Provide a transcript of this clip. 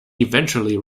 eventually